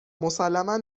مسلما